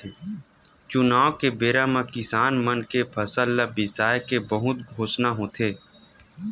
चुनाव के बेरा म किसान मन के फसल ल बिसाए के बहुते घोसना होथे